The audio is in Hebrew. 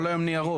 כל היום ניירות.